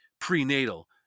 prenatal